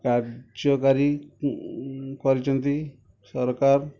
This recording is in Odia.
କାର୍ଯ୍ୟକାରୀ କରିଛନ୍ତି ସରକାର